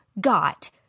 got